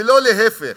ולא להפך,